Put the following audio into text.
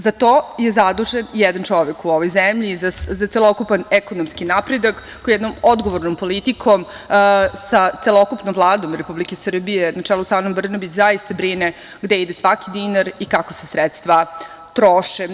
Za to je zadužen jedan čovek u ovoj zemlji, za celokupan ekonomski napredak koji jednom odgovornom politikom sa celokupnom Vladom Republike Srbije na čelu sa Anom Brnabić zaista brine gde ide svaki dinar i kako se sredstva troše.